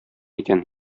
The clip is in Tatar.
икән